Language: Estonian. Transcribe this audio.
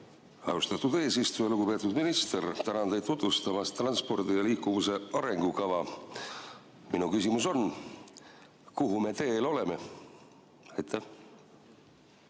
Austatud eesistuja! Lugupeetud minister! Tänan teid tutvustamast transpordi ja liikuvuse arengukava! Mu küsimus on: kuhu me teel oleme?